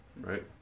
right